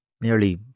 nearly